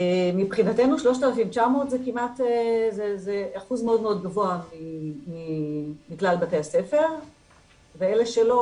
מבחינתנו 3,900 זה אחוז מאוד גבוה מכלל בתי הספר ואלה שלא,